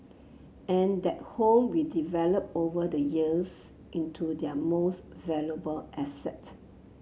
and that home we developed over the years into their most valuable asset